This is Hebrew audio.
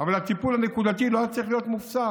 אבל הטיפול הנקודתי לא היה צריך להיות מופסק.